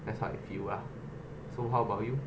that's how I feel lah so how about you